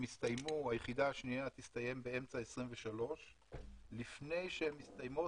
והיחידה השנייה תסתיים באמצע 2023. לפני שהן מסתיימות,